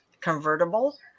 convertible